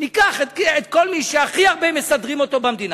ניקח את כל מי שהכי הרבה מסדרים אותו במדינה,